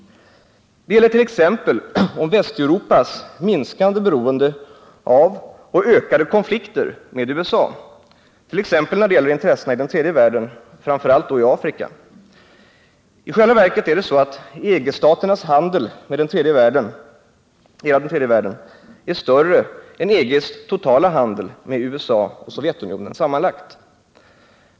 Det gäller bl.a. Västeuropas minskade beroende av och ökade konflikter med USA t.ex. beträffande intressena i den tredje världen, framför allt i Afrika. I själva verket är det så att EG-staternas handel med den tredje världen är större än EG:s totala handel med USA och Sovjetunionen sammanlagt.